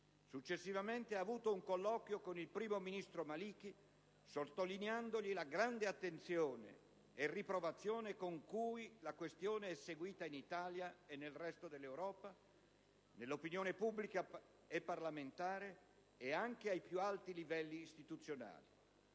Successivamente ha avuto un colloquio con il primo ministro Maliki, sottolineandogli la grande attenzione e la riprovazione con cui la questione è seguita in Italia e nel resto d'Europa, nell'opinione pubblica e parlamentare e anche ai più alti livelli istituzionali.